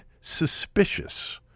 suspicious